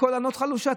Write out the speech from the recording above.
וקול ענות חלושה.